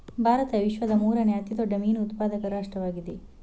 ಭಾರತವು ವಿಶ್ವದ ಮೂರನೇ ಅತಿ ದೊಡ್ಡ ಮೀನು ಉತ್ಪಾದಕ ರಾಷ್ಟ್ರವಾಗಿದೆ